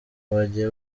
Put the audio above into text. bagiye